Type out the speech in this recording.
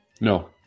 No